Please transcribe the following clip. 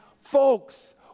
folks